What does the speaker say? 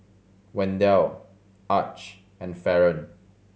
Wendell Arch and Faron